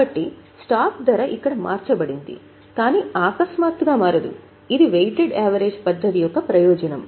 కాబట్టి స్టాక్ ధర ఇక్కడ మార్చబడింది కానీ అకస్మాత్తుగా మారదు ఇది వెయిటెడ్ యావరేజ్ పద్ధతి యొక్క ప్రయోజనం